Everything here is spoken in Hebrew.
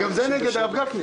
הפנייה אושרה.